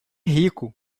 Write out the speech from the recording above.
rico